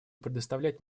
предоставлять